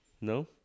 No